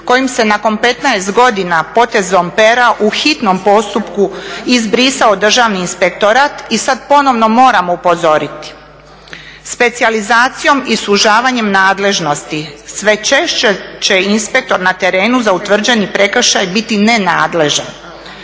kojim se nakon 15 godina potezom pera u hitnom postupku izbrisao državni inspektorat i sad ponovno moramo upozoriti. Specijalizacijom i sužavanjem nadležnosti sve češće će inspektor na terenu za utvrđeni prekršaj biti nenadležan